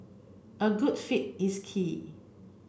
a good fit is key